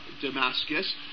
Damascus